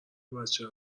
بچه